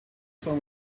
some